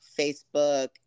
Facebook